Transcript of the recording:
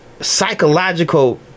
psychological